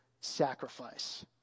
sacrifice